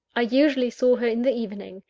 i usually saw her in the evening.